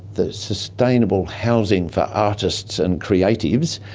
the sustainable housing for artists and creatives,